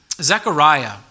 Zechariah